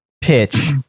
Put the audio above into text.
pitch